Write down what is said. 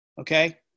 okay